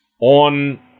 on